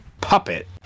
Puppet